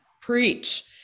preach